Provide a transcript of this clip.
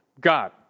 God